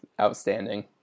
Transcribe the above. outstanding